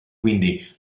quindi